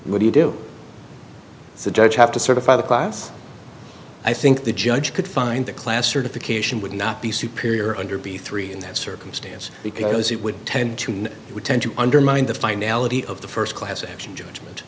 what do you do if the judge have to certify the class i think the judge could find the class certification would not be superior under b three in that circumstance because it would tend to mean it would tend to undermine the finality of the first class action judgment